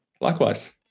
Likewise